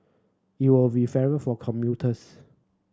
it will be fairer for commuters